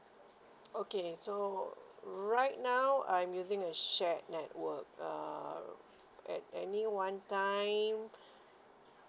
okay so right now I'm using a shared network uh at any one time